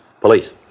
Police